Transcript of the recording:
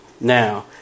now